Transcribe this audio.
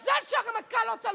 ומהרצליה לא, ומרמת גן לא.